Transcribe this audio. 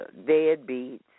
deadbeats